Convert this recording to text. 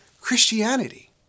Christianity